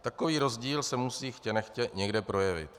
Takový rozdíl se musí chtě nechtě někde projevit.